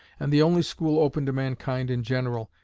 and the only school open to mankind in general,